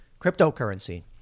Cryptocurrency